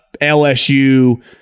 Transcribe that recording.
LSU